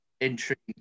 intrigued